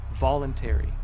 voluntary